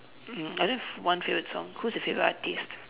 mm I have one favourite song who's your favourite artiste